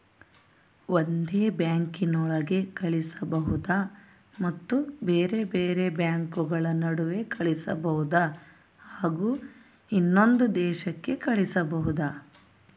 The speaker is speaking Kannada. ಒಂದೇ ಬ್ಯಾಂಕಿನೊಳಗೆ ಕಳಿಸಬಹುದಾ ಮತ್ತು ಬೇರೆ ಬೇರೆ ಬ್ಯಾಂಕುಗಳ ನಡುವೆ ಕಳಿಸಬಹುದಾ ಹಾಗೂ ಇನ್ನೊಂದು ದೇಶಕ್ಕೆ ಕಳಿಸಬಹುದಾ?